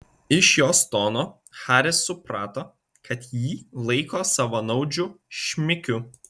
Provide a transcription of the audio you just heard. iš jos tono haris suprato kad jį laiko savanaudžiu šmikiu